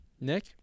Nick